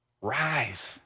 rise